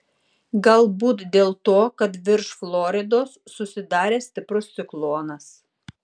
galbūt dėl to kad virš floridos susidaręs stiprus ciklonas